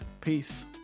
peace